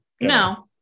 no